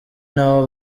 naho